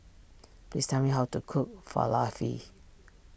please tell me how to cook Falafel